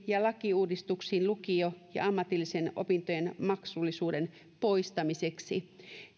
ja lakiuudistuksiin lukio ja ammatillisten opintojen maksullisuuden poistamiseksi